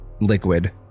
liquid